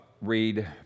read